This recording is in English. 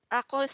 ako